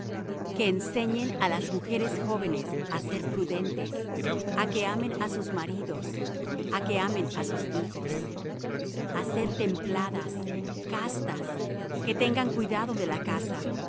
que enseñen á las mujeres jóvenes á ser predentes á que amen á sus maridos á que amen á sus hijos a ser templadas castas que tengan cuidado de la casa